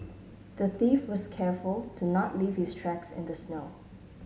the thief was careful to not leave his tracks in the snow